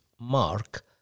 Mark